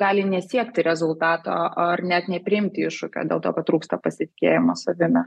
gali nesiekti rezultato ar net nepriimti iššūkio dėl to kad trūksta pasitikėjimo savimi